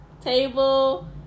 Table